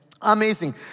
Amazing